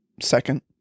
Second